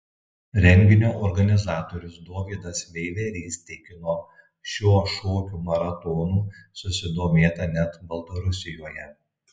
renginio organizatorius dovydas veiverys tikino šiuo šokių maratonų susidomėta net baltarusijoje